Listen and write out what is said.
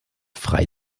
frei